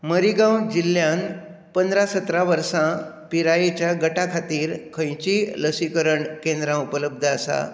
मरीगांव जिल्ल्यांत पंदरा सतरा वर्सां पिरायेच्या गटा खातीर खंयचींय लसीकरण केंद्रां उपलब्ध आसा